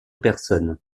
personnes